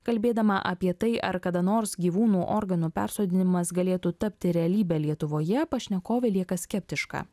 kalbėdama apie tai ar kada nors gyvūnų organų persodinimas galėtų tapti realybe lietuvoje pašnekovė lieka skeptiška